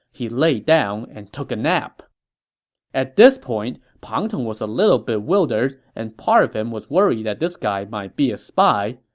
he laid down and took a nap at this point, pang tong was a little bit bewildered, and part of him was worried that this guy might be a spy.